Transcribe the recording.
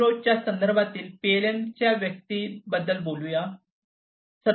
0 च्या संदर्भात पीएलएमच्या व्याप्तीबद्दल बोलूया